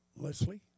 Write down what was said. Leslie